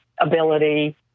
ability